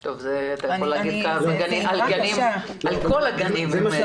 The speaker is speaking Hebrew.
את זה אתה יכול להגיד על כל הגנים.